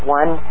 one